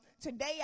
today